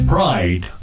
Pride